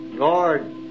Lord